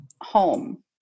home